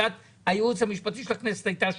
עמדת הייעוץ המשפטי של הכנסת הייתה שונה.